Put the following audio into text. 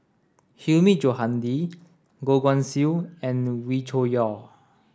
Hilmi Johandi Goh Guan Siew and Wee Cho Yaw